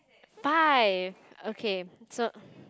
five okay so